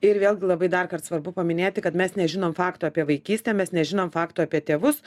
ir vėlgi labai dar kart svarbu paminėti kad mes nežinom faktų apie vaikystę mes nežinom faktų apie tėvus